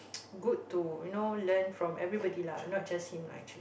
good to you know learn from everybody lah not just him lah actually